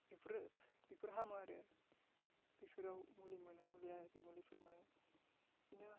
बिफोर बिफोर हामो आरो बिफोराव मुलि मोनो मुलिया बेफोराव मोनो बिदिनो